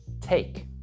take